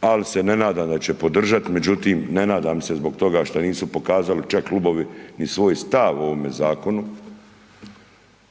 ali se ne nadam da će podržati, međutim ne nadam se zbog toga što nisu pokazali čak klubovi ni svoj stav o ovome zakonu.